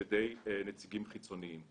על ידי נציגים חיצוניים.